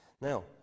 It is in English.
Now